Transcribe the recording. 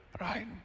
right